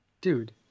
Dude